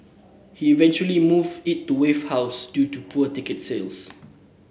he eventually moved it to Wave House due to poor ticket sales